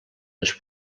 les